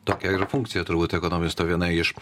tokia ir funkcija turbūt ekonomisto viena iš